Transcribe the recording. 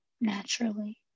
naturally